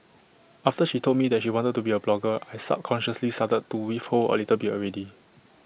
after she told me that she wanted to be A blogger I subconsciously started to withhold A little bit already